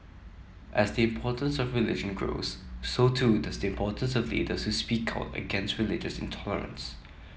as the importance of religion grows so too does the importance of leaders say speak out against religious intolerance